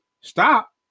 stop